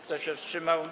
Kto się wstrzymał?